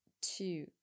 two